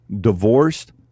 divorced